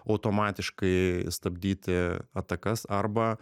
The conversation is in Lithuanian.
automatiškai stabdyti atakas arba